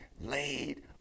laid